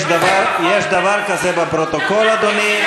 יש דבר כזה בפרוטוקול, אדוני.